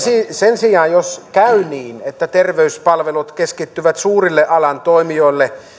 sen sijaan jos käy niin että terveyspalvelut keskittyvät suurille alan toimijoille